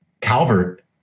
Calvert